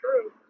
true